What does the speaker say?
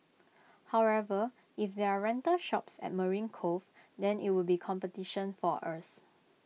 however if there are rental shops at marine Cove then IT would be competition for us